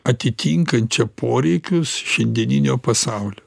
atitinkančią poreikius šiandieninio pasaulio